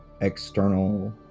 external